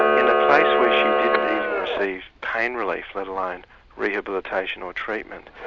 ah in a place where she didn't even receive pain relief, let alone rehabilitation or treatment.